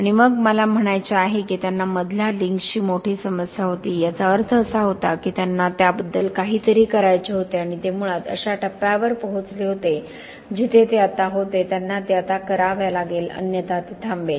आणि मग मला म्हणायचे आहे की त्यांना मधल्या लिंक्सची मोठी समस्या होती याचा अर्थ असा होता की त्यांना त्याबद्दल काहीतरी करायचे होते आणि ते मुळात अशा टप्प्यावर पोहोचले होते जिथे ते आता होते त्यांना ते आता करावे लागेल अन्यथा ते थांबेल